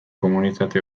komunitate